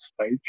stage